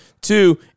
Two